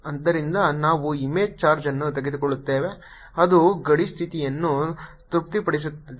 ಆದ್ದರಿಂದ ನಾವು image charge ಅನ್ನು ತೆಗೆದುಕೊಳ್ಳುತ್ತೇವೆ ಅದು ಗಡಿ ಸ್ಥಿತಿಯನ್ನು ತೃಪ್ತಿಪಡಿಸುತ್ತದೆ